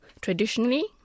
traditionally